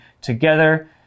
together